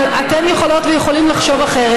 אבל אתם יכולות ויכולים לחשוב אחרת,